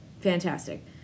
fantastic